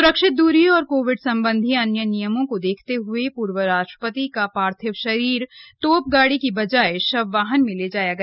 सुरक्षित दूरी और कोविड संबंधी अन्य नियमों को देखते हए पूर्व राष्ट्रपति का पार्थिव शरीर तोपगाड़ी की बजाए शव वाहन में ले जाया गया